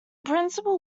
principal